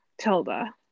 Tilda